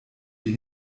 die